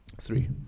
Three